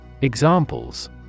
Examples